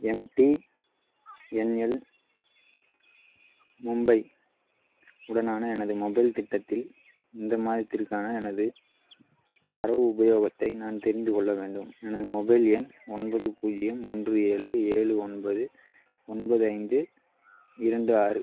M T N L Mumbai உடனான எனது mobile திட்டத்தில் இந்த மாதத்திற்கான எனது தரவு உபயோகத்தை நான் தெரிந்து கொள்ள வேண்டும் எனது மொபைல் எண் ஒன்பது பூஜ்ஜியம் ஒன்று ஏழு ஏழு ஒன்பது ஒன்பது ஐந்து இரண்டு ஆறு